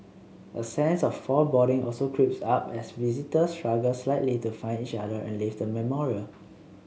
a sense of foreboding also creeps up as visitors struggle slightly to find each other and leave the memorial